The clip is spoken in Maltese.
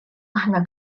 aħna